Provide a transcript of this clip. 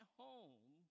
home